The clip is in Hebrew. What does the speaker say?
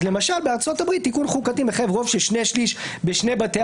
למשל בארצות הברית תיקון חוקתי מחייב רוב של שני שליש בשני בתי